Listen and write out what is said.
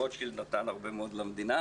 רוטשילד נתן הרבה מאוד למדינה.